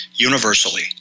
universally